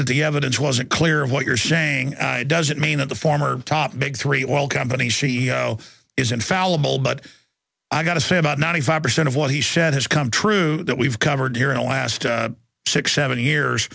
that the evidence wasn't clear of what you're saying doesn't mean that the former top big three oil companies she is infallible but i got to say about ninety five percent of what he said has come true that we've covered here in the last six seven years